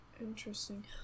Interesting